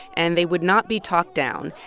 and they would not be talked down.